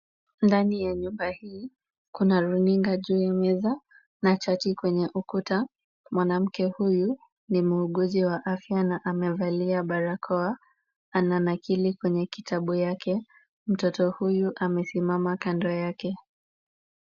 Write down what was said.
Ndani ya nyumba hii, kuna runinga juu ya meza na chati kwenye ukuta. Mwanamke huyu ni muuguzi wa afya na amevalia barakoa. Ananakili kwenye kitabu yake. Mtoto huyu amesimama karibu naye.